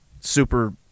super